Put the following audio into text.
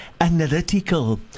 analytical